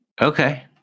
Okay